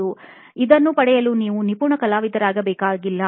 ಇದನ್ನು ಪಡೆಯಲು ನೀವು ನಿಪುಣ ಕಲಾವಿದರಾಗಬೇಕಾಗಿಲ್ಲ